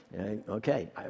Okay